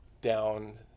down